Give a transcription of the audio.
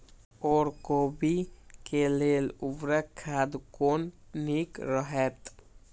ओर कोबी के लेल उर्वरक खाद कोन नीक रहैत?